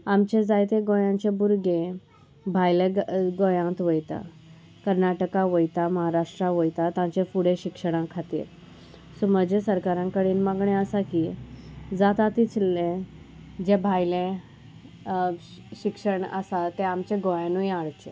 आमचे जायते गोंयाचे भुरगे भायल्या गोंयांत वयता कर्नाटका वयता महाराष्ट्रा वयता तांचे फुडें शिक्षणा खातीर सो म्हज्या सरकारां कडेन मागणें आसा की जाता ती चिल्ले जे भायलें शिक्षण आसा तें आमच्या गोंयानूय हाडचें